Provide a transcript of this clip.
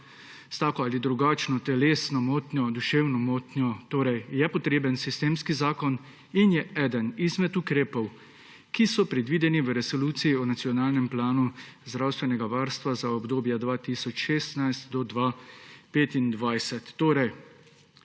s tako ali drugačno telesno motnjo, duševno motnjo. Torej je potreben sistemski zakon in je eden izmed ukrepov, ki so predvideni v resoluciji o nacionalnem planu zdravstvenega varstva za obdobje 2016 do 2025. Na